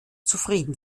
zufrieden